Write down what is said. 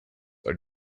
are